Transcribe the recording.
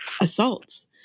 assaults